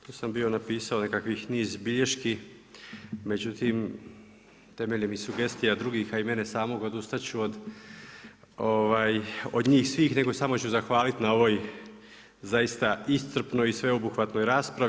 Tu sam bio napisao nekakvih niz bilješki, međutim, temeljem i sugestija drugih a i mene samog odustati ću od njih svih nego samo ću zahvaliti na ovoj zaista iscrpnoj i sveobuhvatnoj raspravi.